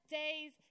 days